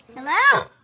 Hello